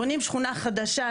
בונים שכונה חדשה,